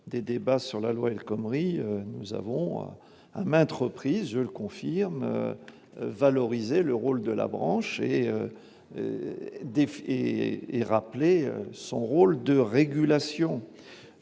des débats sur la loi El-Khomri nous avons à maintes reprises le confirme : valoriser le rôle de la branche et défi et et rappeler son rôle de régulation,